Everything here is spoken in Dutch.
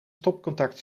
stopcontact